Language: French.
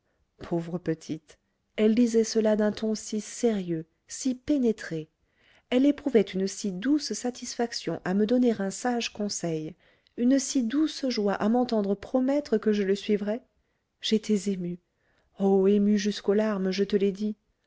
pauvre petite elle disait cela d'un ton si sérieux si pénétré elle éprouvait une si douce satisfaction à me donner un sage conseil une si douce joie à m'entendre promettre que je le suivrais j'étais ému oh ému jusqu'aux larmes je te l'ai dit